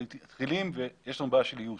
תחיליים ויש לנו בעיה של איוש.